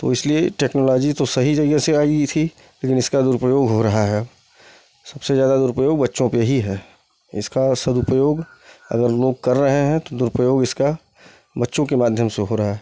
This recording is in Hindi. तो इसलिये टेक्नोलॉजी तो सही जगह से आई ही थी लेकिन इसका दुरुपयोग हो रहा है सबसे ज्यादा दुरुपयोग बच्चों पर ही है इसका सदुपयोग अगर लोग कर रहे हैं तो दुरुपयोग इसका बच्चों के माध्यम से हो रहा है